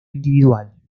individual